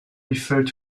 referred